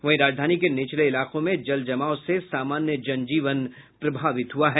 वहीं राजधानी के निचले इलाकों में जल जमाव से सामान्य जनजीवन प्रभावित हुआ है